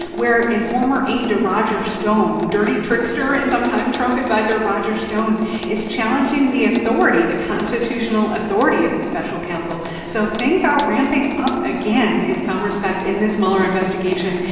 where a former aide to roger stone dirty trickster and sometime trump adviser roger stone is challenging the authority, the constitutional authority, of the special counsel. so things are ramping up again in some respect in this mueller investigation.